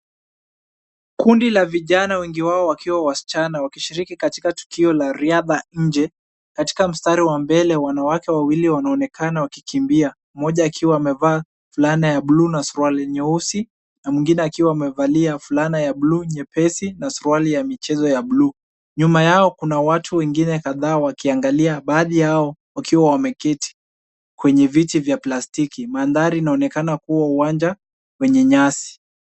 Kundi la vijana wengi wao wakiwa wasichana, wakishiriki katika tukio la riadha nje. Katika mstari wa mbele, wanawake wawili wanaonekana wakikimbia. Mmoja akiwa amevaa fulana ya bluu na suruali nyeusi, na mwingine akiwa amevalia fulana ya bluu nyepesi na suruali ya michezo ya bluu. Nyuma yao kuna watu wengine kadhaa wakiangalia, baadhi yao wakiwa wameketi kwenye viti vya plastiki. Mandhari inaonekana kuwa uwanja wenye nyasi.